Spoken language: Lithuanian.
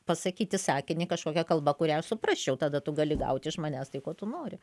pasakyti sakinį kažkokia kalba kurią aš suprasčiau tada tu gali gaut iš manęs tai ko tu nori